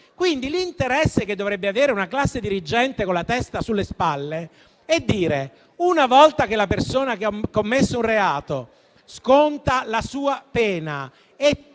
Quindi, l'interesse che dovrebbe avere una classe dirigente con la testa sulle spalle è quello di chiedersi: una volta che la persona che ha commesso un reato sconta la sua pena e